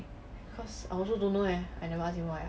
cause I also don't know eh I never ask him why ah